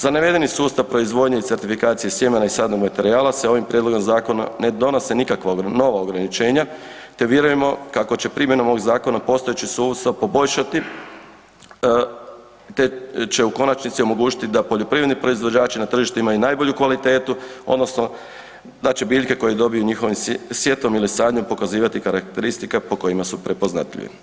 Za navedeni sustav proizvodnje i certifikacije sjemena i sadnog materijala se ovim prijedlogom zakona ne donose nikakva nova ograničenja, te vjerujemo kako će se primjenom ovog zakona postojeći sustav poboljšati, te će u konačnici omogućiti da poljoprivredni proizvođači na tržištima imaju najbolju kvalitetu odnosno da će biljke koje dobiju njihovim sjetvom ili sadnjom pokazivati karakteristike po kojima su prepoznatljive.